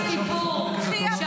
אל תפריע לי.